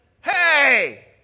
hey